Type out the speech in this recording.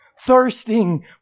thirsting